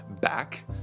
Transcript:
back